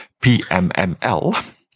pmml